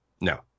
No